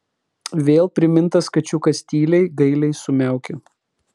vėl primintas kačiukas tyliai gailiai sumiaukė